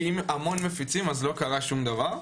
כי אם המון מפיצים אז לא קרה שום דבר.